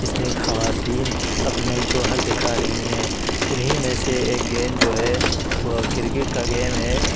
جس میں خواتین اپنے جوہر دکھا رہی ہیں انہی میں سے ایک گیم جو ہے وہ کرکٹ کا گیم ہے